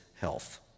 health